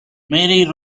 mary